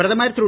பிரதமர் திரு